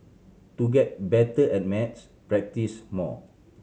to get better at maths practise more